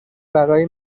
برای